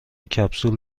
کپسول